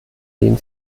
den